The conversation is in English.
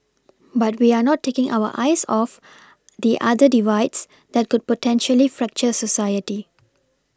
but we are not taking our eyes off the other divides that could potentially fracture society